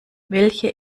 welche